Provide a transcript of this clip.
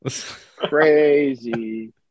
Crazy